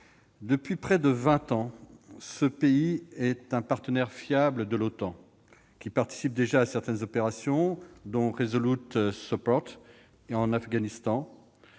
Depuis près de vingt ans, ce pays est un partenaire fiable de l'OTAN, qui participe déjà à certaines opérations, dont en Afghanistan.